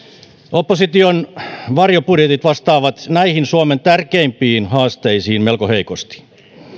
opposition varjobudjetit vastaavat näihin suomen tärkeimpiin haasteisiin melko heikosti